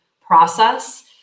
process